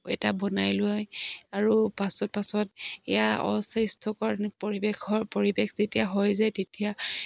এটা বনাই লয় আৰু পাছত পাছত এয়া অস্বাস্থ্যকৰ পৰিৱেশৰ পৰিৱেশ যেতিয়া হৈ যায় তেতিয়া